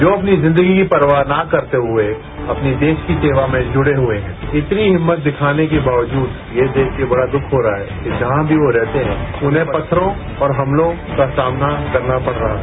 जो अपनी जिंदगी की परवाह ना करते हुए अपने देश की सेवा में जुड़े हुए हैं इतनी हिम्मत दिखाने के बावजूद ये देख के बड़ा दुख हो रहा है कि जहां भी वो रहते हैं उन्हें पत्थरों और हमलों का सामना करना पड़ रहा है